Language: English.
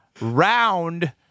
round